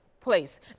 place